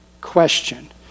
question